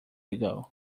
ago